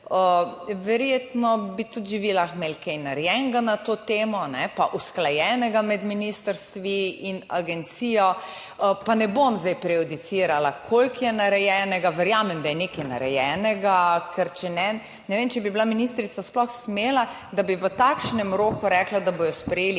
Verjetno bi tudi vi že lahko imeli kaj narejenega na to temo in usklajenega med ministrstvi in agencijo, pa ne bom zdaj prejudicirala, koliko je narejenega, verjamem, da je nekaj narejenega, ker ne vem, če bi ministrica sploh smela, da bi v takšnem roku rekla, da bodo sprejeli